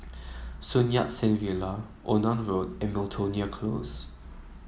Near Sen Villa Onan Road and Miltonia Close